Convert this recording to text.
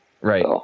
Right